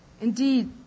Indeed